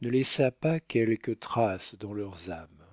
ne laissât pas quelques traces dans leurs âmes